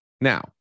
Now